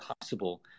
possible